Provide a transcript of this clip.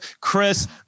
Chris